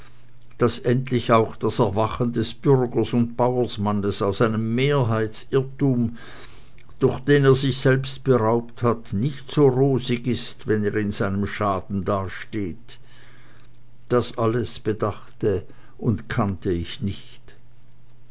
daß endlich auch das erwachen des bürgers und bauersmannes aus einem mehrheitsirrtum durch den er sich selbst beraubt hat nicht so rosig ist wenn er in seinem schaden dasteht das alles bedachte und kannte ich nicht